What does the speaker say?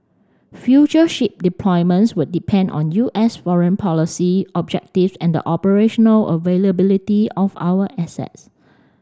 future ship deployments would depend on U S foreign policy objectives and the operational availability of our assets